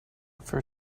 for